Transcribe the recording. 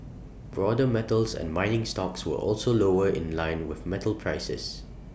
broader metals and mining stocks were also lower in line with metal prices